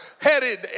headed